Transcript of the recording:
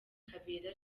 kabera